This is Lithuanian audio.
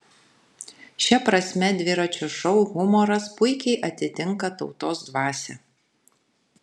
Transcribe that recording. šia prasme dviračio šou humoras puikiai atitinka tautos dvasią